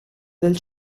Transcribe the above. del